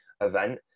event